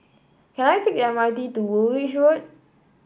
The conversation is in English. can I take the M R T to Woolwich Road